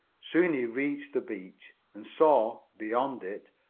soon he reached the beach and saw, beyond it,